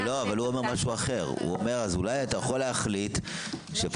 הוא אומר משהו אחר אולי אתה יכול להחליט שפבלוטומיסט